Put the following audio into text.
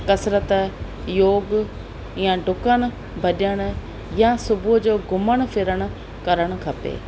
कसरत योग या डुकण भॼण या सुबुह जो घुमण फिरण करणु खपे